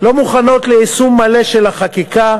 לא מוכנות ליישום מלא של החקיקה.